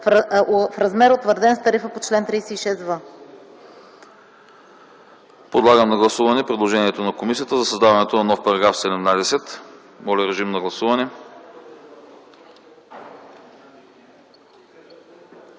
в размер, утвърден с тарифа по чл. 36в.”